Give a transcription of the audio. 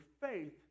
faith